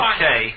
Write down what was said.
Okay